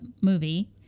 movie